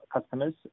customers